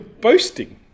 Boasting